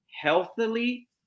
healthily